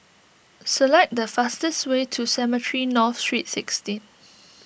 select the fastest way to Cemetry North Street sixteen